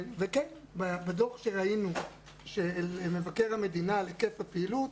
כפי שנכתב בדוח מבקר המדינה על היקף הפעילות,